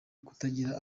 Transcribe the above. kutagira